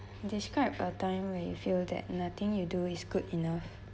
describe a time when you feel that nothing you do is good enough